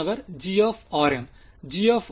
மாணவர் g